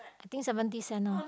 I think seventy cent loh